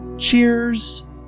Cheers